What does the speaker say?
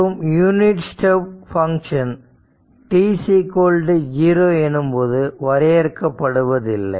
மற்றும் unit step function t0 எனும்போது வரையறுக்க படுவதில்லை